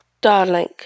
Darling